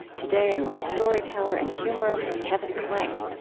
today i'm with storyteller and humorist kevin kling.